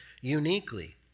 uniquely